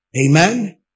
Amen